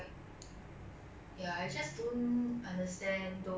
I think it was very common in like business school from I heard lah but